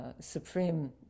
supreme